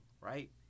right